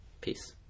Peace